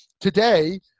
today